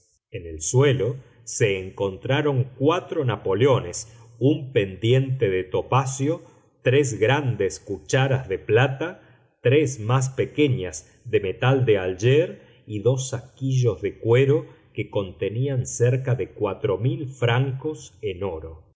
en el suelo se encontraron cuatro napoleones un pendiente de topacio tres grandes cucharas de plata tres más pequeñas de métal d'alger y dos saquillos de cuero que contenían cerca de cuatro mil francos en oro